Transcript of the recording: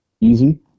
easy